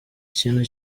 ikintu